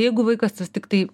jeigu vaikas vis tiktai